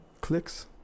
clicks